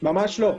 ממש לא.